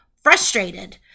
Frustrated